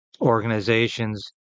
organizations